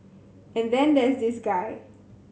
and then there's this guy